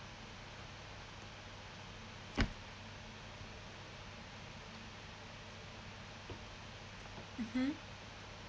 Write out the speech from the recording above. mmhmm